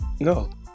No